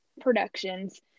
productions